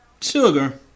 sugar